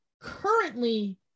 currently